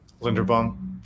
linderbaum